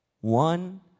one